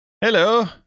Hello